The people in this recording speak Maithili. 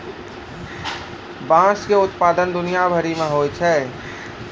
बाँस के उत्पादन दुनिया भरि मे होय छै